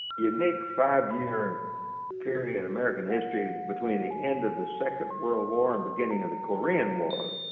unique five-year period in american history between the end of the second world war and beginning of the korean war.